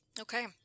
Okay